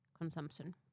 consumption